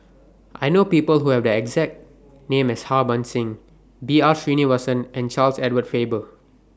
I know People Who Have The exact name as Harbans Singh B R Sreenivasan and Charles Edward Faber